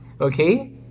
okay